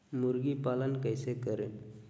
मुर्गी पालन कैसे करें?